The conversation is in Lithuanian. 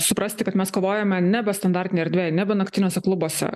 suprasti kad mes kovojame nebe standartinėj erdvėj nebe naktiniuose klubuose